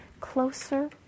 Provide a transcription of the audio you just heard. closer